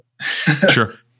Sure